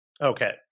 Okay